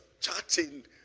chatting